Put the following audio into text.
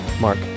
Mark